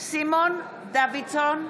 סימון דוידסון,